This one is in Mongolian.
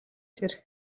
тэр